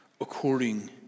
according